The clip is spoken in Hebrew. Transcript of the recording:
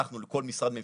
הלכנו לכל משרד ממשלתי,